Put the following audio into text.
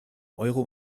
euro